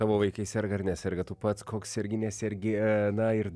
tavo vaikai serga ar neserga tu pats koks sergi nesergi na ir